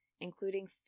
including